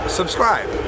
subscribe